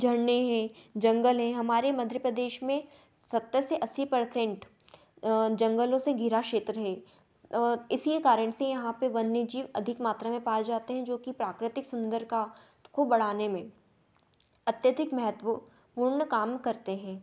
झरने हैं जंगल हैं हमारे मध्य प्रदेश में सत्तर से अस्सी पर्सेन्ट जंगलों से घिरा क्षेत्र है इसी कारण से यहाँ पे वन्य जीव अधिक मात्रा में पाए जाते हैं जोकि प्राकृतिक सुंदर का को बढ़ाने में अत्यधिक महत्व पूर्ण काम करते हैं